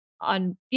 on